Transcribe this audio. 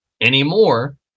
anymore